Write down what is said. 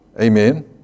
Amen